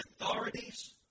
authorities